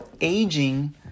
aging